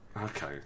Okay